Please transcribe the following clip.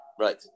right